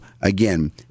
Again